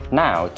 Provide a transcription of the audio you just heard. now